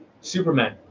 Superman